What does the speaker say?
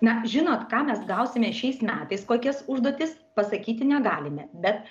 na žinot ką mes gausime šiais metais kokias užduotis pasakyti negalime bet